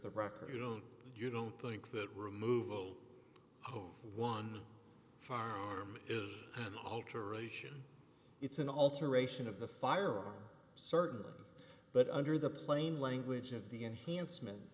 the record you know you don't think that removal of one firearm is an alteration it's an alteration of the firearm certainly but under the plain language of the enhancement